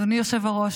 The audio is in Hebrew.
אדוני היושב-ראש,